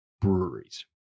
breweries